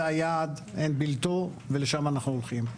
זה היעד, אין בלתו ולשם אנחנו הולכים.